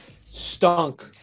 stunk